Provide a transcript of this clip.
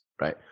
right